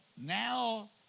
Now